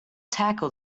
tackle